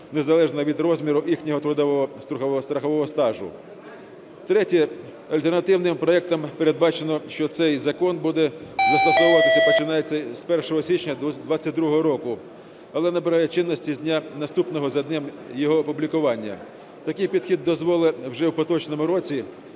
незалежно від розміру їхнього трудового... страхового стажу. Третє. Альтернативним проектом передбачено, що цей закон буде застосовуватися, починаючи з 1 січня 22-го року, але набирає чинності з дня, наступного за днем його опублікування. Такий підхід дозволить вже в поточному році